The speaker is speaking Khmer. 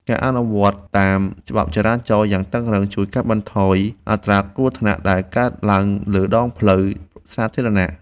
ការអនុវត្តតាមច្បាប់ចរាចរណ៍យ៉ាងតឹងរ៉ឹងជួយកាត់បន្ថយអត្រាគ្រោះថ្នាក់ដែលកើតឡើងលើដងផ្លូវសាធារណៈ។